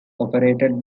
operated